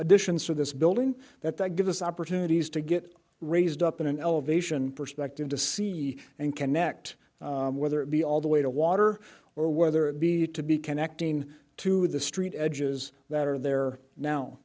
additions for this building that that give us opportunities to get raised up in an elevation perspective to see and connect whether it be all the way to water or whether it be to be connecting to the street edges that are there now